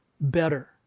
better